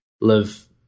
live